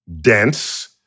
dense